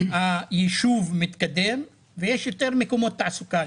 היישוב מתקדם ויש יותר מקומות תעסוקה.